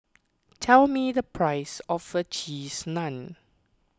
tell me the price of a Cheese Naan